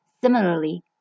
Similarly